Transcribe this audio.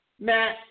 Matt